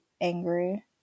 angry